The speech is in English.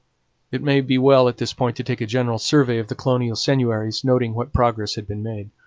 it may be well at this point to take a general survey of the colonial seigneuries, noting what progress had been made.